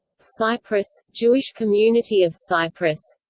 cyprus jewish community of cyprus